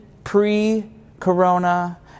Pre-corona